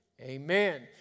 Amen